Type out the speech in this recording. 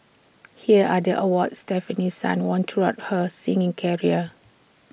here are the awards Stefanie sun won throughout her singing career